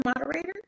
moderator